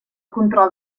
control